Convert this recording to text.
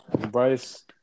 Bryce